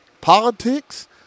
Politics